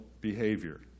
behavior